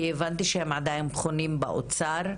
כי הבנתי שהם עדיין חונים באוצר.